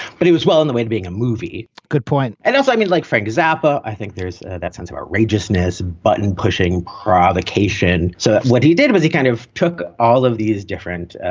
but it was well on the way to being a movie. good point. and that's i mean, like frank zappa, i think there's that sense of outrageousness button pushing provocation. so what he did was he kind of took all of these different